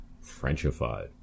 Frenchified